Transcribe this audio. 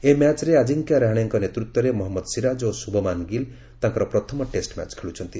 ଏହି ମ୍ୟାଚ୍ରେ ଆଜିଙ୍କ୍ୟା ରାହାଣେଙ୍କ ନେତୃତ୍ୱରେ ମହମ୍ମଦ ସିରାଜ ଓ ସୁବ୍ମାନ ଗିଲ ତାଙ୍କର ପ୍ରଥମ ଟେଷ୍ଟ ମ୍ୟାଚ୍ ଖେଳୁଛନ୍ତି